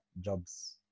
jobs